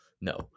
No